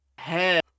Hey